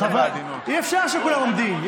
אי-אפשר כשכולם עומדים.